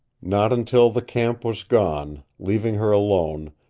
not until the camp was gone, leaving her alone,